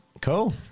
Cool